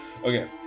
Okay